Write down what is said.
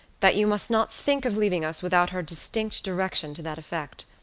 that you must not think of leaving us without her distinct direction to that effect.